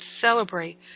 celebrate